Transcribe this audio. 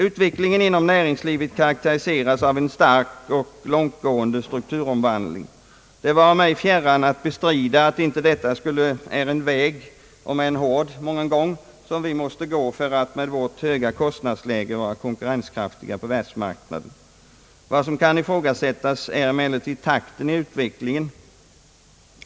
Utvecklingen inom näringslivet karakteriseras av en stark och långtgående strukturomvandling. Det vare mig fjärran att bestrida att detta är en väg, om än hård, som vi måste gå för att med vårt höga kostnadsläge vara konkurrenskraftiga på världsmarknaden. Vad som kan ifrågasättas är emellertid takten i utvecklingen.